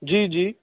جی جی